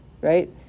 right